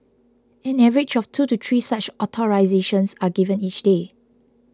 an average of two to three such authorisations are given each day